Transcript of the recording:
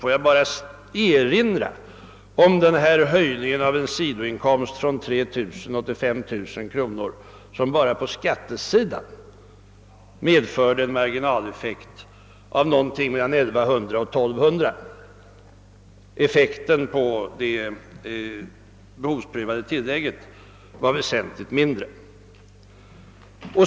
Låt mig bara erinra om det fall då sidoinkomsten höjes från 3 000 till 5 000 kronor, vilket på skattesidan medför en marginaleffekt på mellan 1100 och 1 200 kronor. Effekten på det behovsprövade tilllägget är väsentligt mindre.